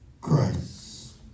Christ